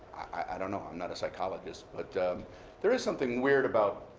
i don't know. i'm not a psychologist. but there is something weird about